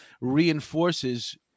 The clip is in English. reinforces